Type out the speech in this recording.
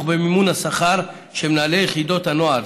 במימון השכר של מנהלי יחידות הנוער,